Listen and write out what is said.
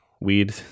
weed